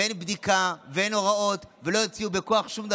אין בדיקה ואין הוראות ולא יוציאו בכוח שום דבר.